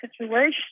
situation